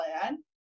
plan